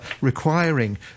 requiring